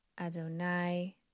Adonai